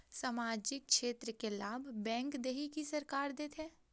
सामाजिक क्षेत्र के लाभ बैंक देही कि सरकार देथे?